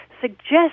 suggest